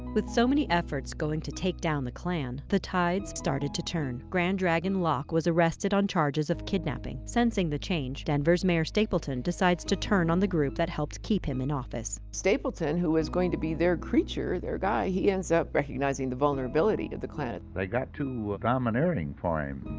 with so many efforts going to take down the klan, the tide started to turn. grand dragon locke was arrested on charges of kidnapping. sensing the change, denver's mayor stapleton decides to turn on the group that helped keep him in office. stapleton, who is going to be their creature, their guy he ends up recognizing the vulnerability of the klan. they got too domineering for him.